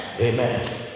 Amen